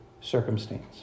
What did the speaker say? circumstance